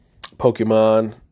Pokemon